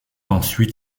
ensuite